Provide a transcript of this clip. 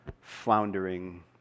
floundering